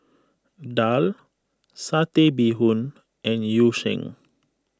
Daal Satay Bee Hoon and Yu Sheng